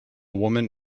woman